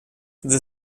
the